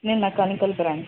నేను mechanical branch